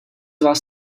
vás